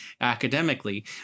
academically